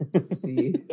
see